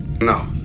No